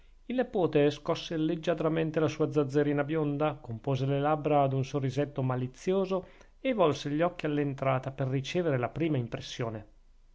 la sua zazzerina bionda compose le labbra ad un sorrisetto malizioso e volse gli occhi all'entrata per ricevere la prima impressione